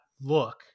look